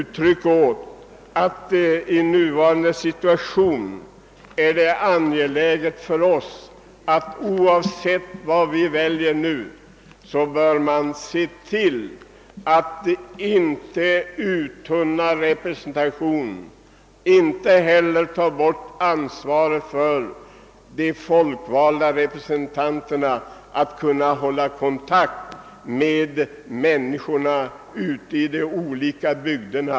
Men det är angeläget för oss att se till att representationen inte tunnas ut och att de folkvalda representanterna har kontakt med människorna ute i bygderna.